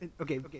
Okay